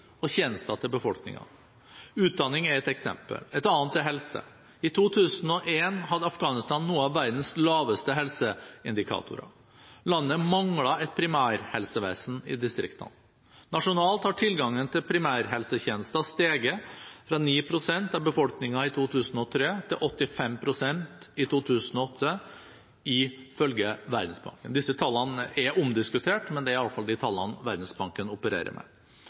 og tjenester til befolkningen. Utdanning er ett eksempel, et annet er helse. I 2001 hadde Afghanistan noen av verdens laveste helseindikatorer. Landet manglet et primærhelsevesen i distriktene. Nasjonalt har tilgangen til primærhelsetjenester steget fra 9 pst. av befolkningen i 2003 til 85 pst. i 2008, ifølge Verdensbanken. Disse tallene er omdiskutert, men det er iallfall de tallene Verdensbanken opererer med.